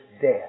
death